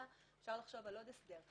אפשר לחשוב על עוד הסדר.